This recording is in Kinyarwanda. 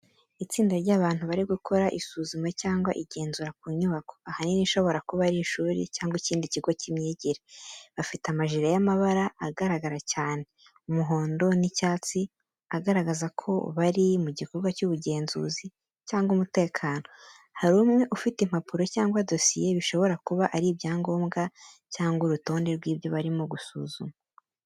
Itsinda ry’abantu bari gukora isuzuma cyangwa igenzura ku nyubako, ahanini ishobora kuba ari ishuri cyangwa ikindi kigo cy’imyigire. Bafite amajire y’amabara agaragara cyane, umuhondo n’icyatsi agaragaza ko bari mu gikorwa cy’ubugenzuzi cyangwa umutekano. Hari umwe ufite impapuro cyangwa dosiye bishobora kuba ari ibyangombwa cyangwa urutonde rw’ibyo barimo gusuzuma.